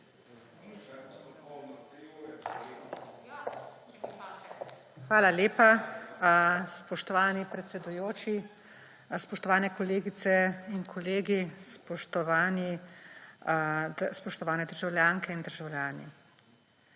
Hvala lepa, spoštovani predsedujoči. Spoštovane kolegice in kolegi, spoštovane državljanke in državljani!